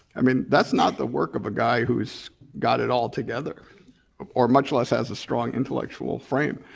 i mean that's not the work of a guy who's got it all together or much less has a strong intellectual frame.